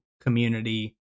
community